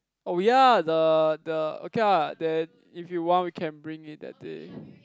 oh ya the the okay uh then if you want we can bring it that day